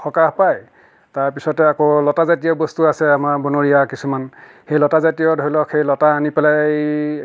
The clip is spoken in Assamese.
সকাহ পায় তাৰপিছতে আকৌ লতা জাতীয় বস্তু আছে আমাৰ বনৰীয়া কিছুমান সেই লতাজাতীয় ধৰি লওক সেই লতা আনি পেলাই